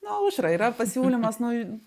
na aušra yra pasiūlymas nu